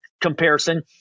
comparison